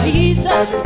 Jesus